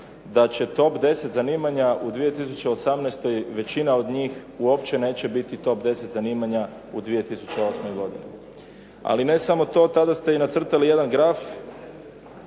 da će top 10 zanimanja u 2018. većina od njih uopće neće biti top 10 zanimanja u 2008. godini. Ali i ne samo to. Tada ste nacrtali i jedan graf